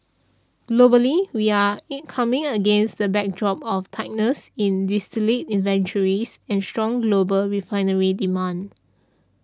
globally we're incoming against the backdrop of tightness in distillate inventories and strong global refinery demand